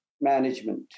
management